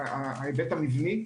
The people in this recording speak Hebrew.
ההיבט המבני.